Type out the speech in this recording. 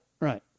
Right